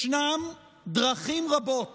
ישנן דרכים רבות